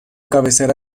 cabecera